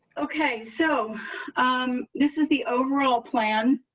okay, so this is the overall plan.